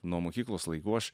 nuo mokyklos laikų aš